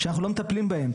ואנחנו לא מטפלים בהם.